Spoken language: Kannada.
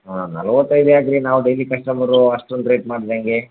ಹಾಂ ನಲವತ್ತು ಐದು ಯಾಕೆ ರೀ ನಾವು ಡೈಲಿ ಕಸ್ಟಮರ್ ಅಷ್ಟೊಂದು ರೇಟ್ ಮಾಡ್ದ್ರೆ ಹೆಂಗೆ